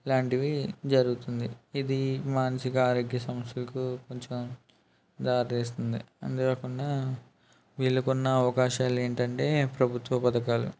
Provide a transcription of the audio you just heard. లాంటివి జరుగుతుంది ఇది మానసిక ఆరోగ్య సమస్యలకు కొంచెం దారితీస్తుంది అంతేకాకుండా వీళ్ళకున్న అవకాశాలు ఏమిటంటే ప్రభుత్వ పథకాలు